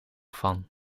van